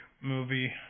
movie